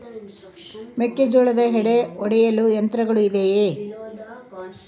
ಮೆಕ್ಕೆಜೋಳದ ಎಡೆ ಒಡೆಯಲು ಯಂತ್ರಗಳು ಇದೆಯೆ?